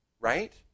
right